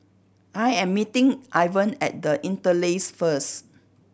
I am meeting Ivan at The Interlace first